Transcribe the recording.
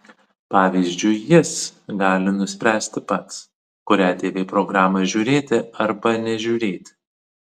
pavyzdžiui jis gali nuspręsti pats kurią tv programą žiūrėti arba nežiūrėti